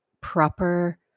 proper